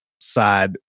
side